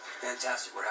fantastic